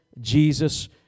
Jesus